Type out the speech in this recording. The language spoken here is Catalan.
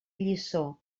lliçó